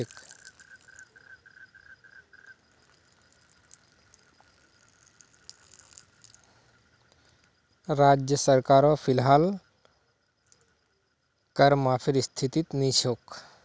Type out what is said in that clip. राज्य सरकारो फिलहाल कर माफीर स्थितित नी छोक